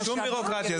זה שום בירוקרטיה.